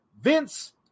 Vince